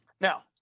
Now